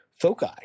Foci